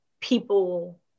people